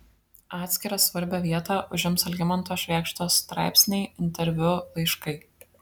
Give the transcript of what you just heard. atskirą svarbią vietą užims algimanto švėgždos straipsniai interviu laiškai